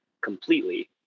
completely